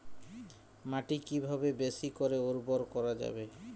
মাটি কিভাবে বেশী করে উর্বর করা যাবে?